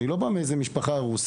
הילד שלי לא בא מאיזו משפחה הרוסה.